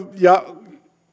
ja